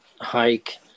hike